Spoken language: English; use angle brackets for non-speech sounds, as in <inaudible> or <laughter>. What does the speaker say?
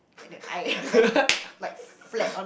<laughs>